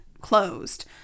closed